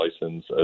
license